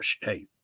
Hey